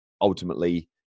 ultimately